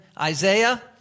Isaiah